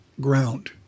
ground